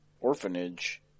orphanage